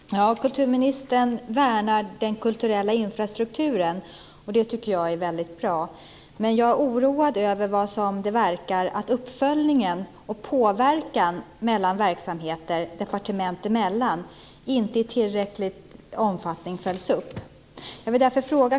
Herr talman! Kulturministern värnar den kulturella infrastrukturen. Det tycker jag är bra. Men jag är oroad över att påverkan av verksamheter departement emellan inte i tillräcklig omfattning följs upp.